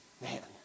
Man